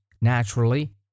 naturally